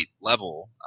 level